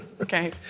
Okay